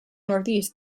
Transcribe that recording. northeast